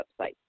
website